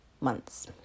months